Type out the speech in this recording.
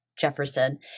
Jefferson